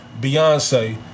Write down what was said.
Beyonce